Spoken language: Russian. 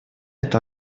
это